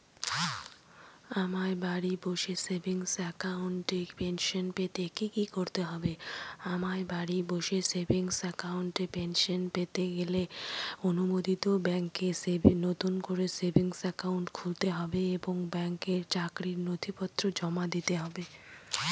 আমায় বাড়ি বসে সেভিংস অ্যাকাউন্টে পেনশন পেতে কি কি করতে হবে?